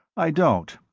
i don't.